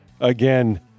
again